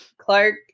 Clark